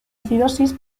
acidosis